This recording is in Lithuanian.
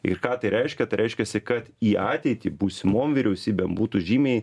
ir ką tai reiškia tai reiškiasi kad į ateitį būsimom vyriausybėm būtų žymiai